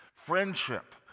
friendship